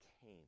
came